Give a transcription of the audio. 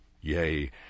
Yea